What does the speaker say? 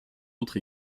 autre